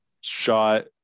shot